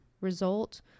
result